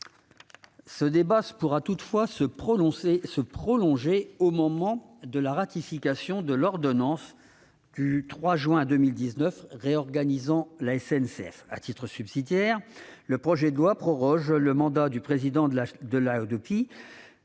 Ce débat pourra toutefois se prolonger au moment de la ratification de l'ordonnance du 3 juin 2019 réorganisant la SNCF. À titre subsidiaire, le projet de loi ordinaire vise à proroger le mandat du président de la